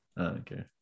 Okay